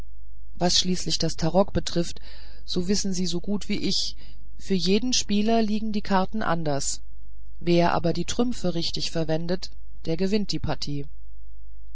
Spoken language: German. was schließlich das tarok betrifft so wissen sie so gut wie ich für jeden spieler liegen die karten anders wer aber die trümpfe richtig verwendet der gewinnt die partie